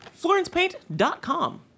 FlorencePaint.com